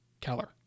Keller